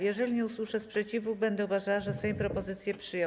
Jeżeli nie usłyszę sprzeciwu, będę uważała, że Sejm propozycję przyjął.